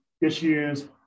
issues